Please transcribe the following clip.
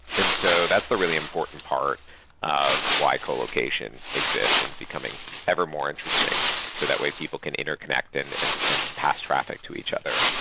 and so that's the really important part of why colocation exist and becoming ever more interesting so to that way people can interconnect and and and pass traffic to each other.